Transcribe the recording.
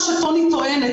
למרות מה שטוני טוענת,